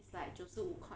it's like 九十五块